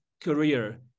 career